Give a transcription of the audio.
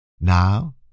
Now